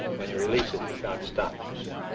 when you release it, the shock stops, you see.